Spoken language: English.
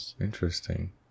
interesting